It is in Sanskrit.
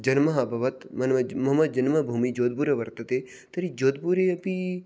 जन्म अभवत् मम जन्मभूमिः जोध्पुर वर्तते तर्हि जोध्पुरे अपि